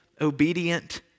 obedient